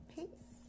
Peace